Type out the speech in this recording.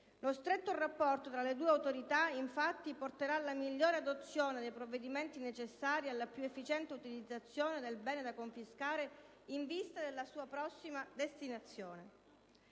Lo stretto rapporto tra le due autorità, infatti, porterà alla migliore adozione dei provvedimenti necessari alla più efficiente utilizzazione del bene da confiscare in vista della sua prossima destinazione.